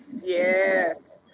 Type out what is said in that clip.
Yes